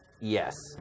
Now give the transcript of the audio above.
yes